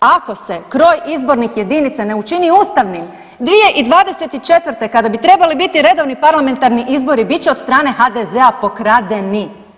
Ako se kroz izbornih jedinica ne učini ustavnim, 2024. kada bi trebali biti redovni parlamentarni izbori, bit će od strane HDZ-a pokradeni.